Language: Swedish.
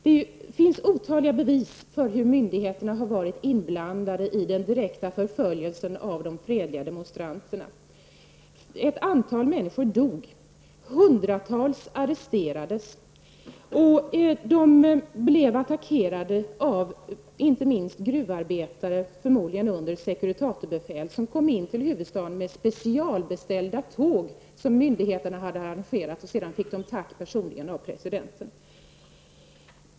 Det finns otaliga bevis för hur myndigheterna har varit inblandade i den direkta förföljelsen av de fredliga demonstranterna. Ett antal människor dog och hundratal arresterades. Demonstranterna blev attackerade av inte minst gruvarbetare, förmodligen under Securitatebefäl. Gruvarbetarna kom till huvudstaden med specialbeställda tåg som myndigheterna hade arrangerat. Sedan fick de tack av presidenten personligen.